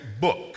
book